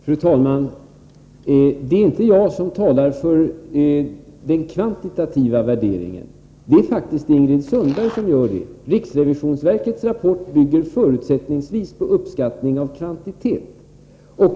Fru talman! Det är inte jag som talar för den kvantitativa värderingen. Det är faktiskt Ingrid Sundberg som gör det. Riksrevisionsverkets rapport bygger förutsättningsvis på uppskattning av kvantitet.